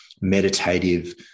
meditative